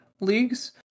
leagues